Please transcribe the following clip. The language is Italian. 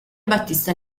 battista